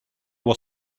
was